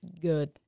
Good